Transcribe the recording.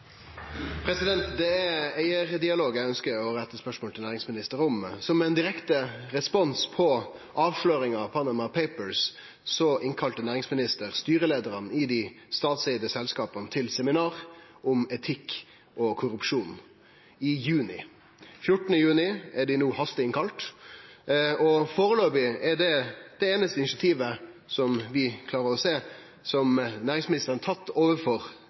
eg ønskjer å rette spørsmål til næringsministeren om. Som ein direkte respons på avsløringa av Panama Papers innkalla næringsministeren styreleiarane i dei statseigde selskapa til seminar om etikk og korrupsjon i juni – 14. juni er dei no hasteinnkalla. Foreløpig er det det einaste initiativet som vi klarer å sjå at næringsministeren har tatt overfor